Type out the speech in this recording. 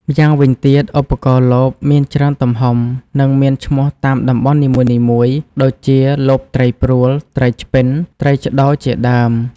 ម្យ៉ាងវិញទៀត ឧបករណ៍លប មានច្រើនទំហំ និងមានឈ្មោះតាមតំបន់នីមួយៗ ដូចជាលបត្រីព្រួល ត្រីឆ្ពិន ត្រីឆ្ដោជាដើម។